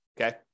okay